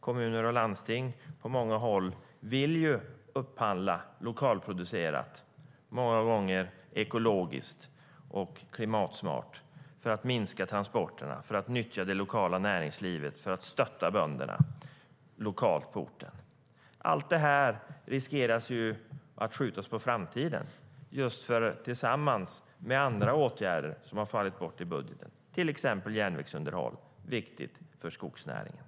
Kommuner och landsting på många håll vill ju upphandla lokalproducerat, många gånger ekologiskt och klimatsmart, för att minska transporterna, nyttja det lokala näringslivet och stötta bönderna lokalt på orten.